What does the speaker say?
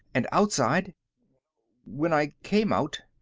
and outside when i came out,